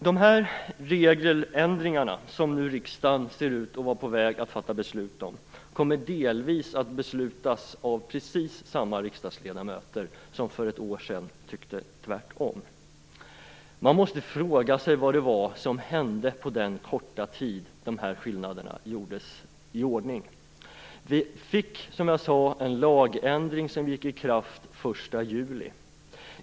Dessa regeländringar, som nu riksdagen ser ut att vara på väg att fatta beslut om, kommer delvis att beslutas av precis samma riksdagsledamöter som för ett år sedan tyckte tvärtom. Man måste fråga sig vad det var som hände på den korta tid under vilken de här skillnaderna gjordes i ordning. Vi fick, som jag sade, en lagändring som trädde i kraft den 1 juli.